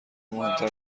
مهمتر